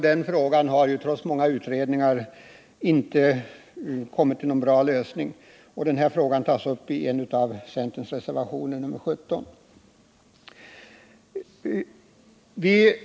Den frågan har trots många utredningar inte fått någon bra lösning. Utskottets majoritet har inte heller nu varit välvillig. Men motionen följs upp i en av centerns reservationer, nämligen nr 17.